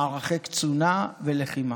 מערכי קצונה ולחימה.